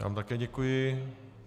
Já vám také děkuji.